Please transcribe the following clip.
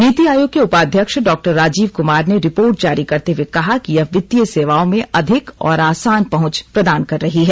नीति आयोग के उपाध्यक्ष डॉ राजीव कुमार ने रिपोर्ट जारी करते हुए कहा कि यह वित्तीय सेवाओं में अधिक और आसान पहुँच प्रदान कर रही है